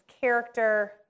character